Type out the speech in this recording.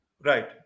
Right